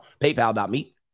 PayPal.me